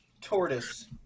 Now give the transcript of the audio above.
tortoise